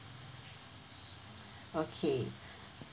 okay